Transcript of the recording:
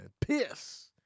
Piss